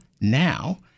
now